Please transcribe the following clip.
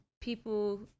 people